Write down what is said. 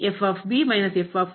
ಅದು ಮತ್ತೆ